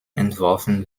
entworfen